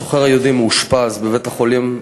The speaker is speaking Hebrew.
הסוחר היהודי מאושפז בבית-חולים,